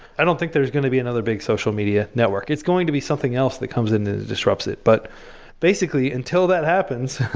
i don't think there's going to be another big social media network. it's going to be something else that's comes and disrupts it. but basically, until that happens,